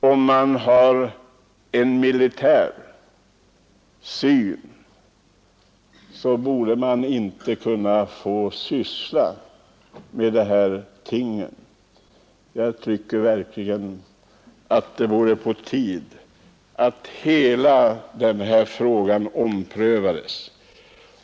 Om man har ett militärt synsätt så borde man inte få syssla med de här tingen. Jag tycker verkligen att det vore på tiden att hela denna fråga omprövades.